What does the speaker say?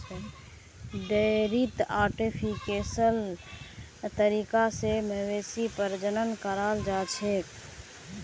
डेयरीत आर्टिफिशियल तरीका स मवेशी प्रजनन कराल जाछेक